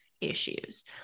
issues